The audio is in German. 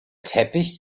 teppich